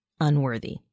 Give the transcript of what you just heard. unworthy